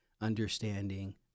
understanding